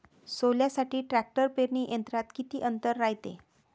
सोल्यासाठी ट्रॅक्टर पेरणी यंत्रात किती अंतर रायते?